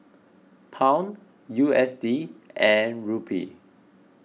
Pound U S D and Rupee